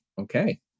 okay